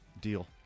Deal